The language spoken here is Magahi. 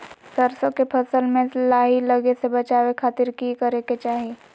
सरसों के फसल में लाही लगे से बचावे खातिर की करे के चाही?